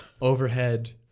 overhead